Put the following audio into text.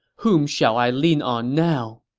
whom shall i lean on now?